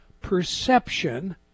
perception